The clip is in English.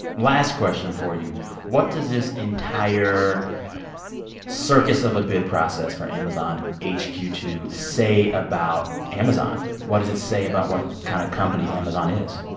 last question for you what does this entire circus of a bid process for amazon h q two say about amazon? what does it say about what kind of company amazon is?